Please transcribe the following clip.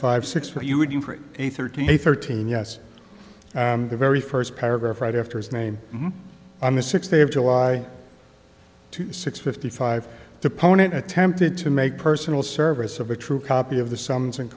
five six for you and you for a thirteen a thirteen yes the very first paragraph right after his name on the sixth day of july to six fifty five deponent attempted to make personal service of a true copy of the summons and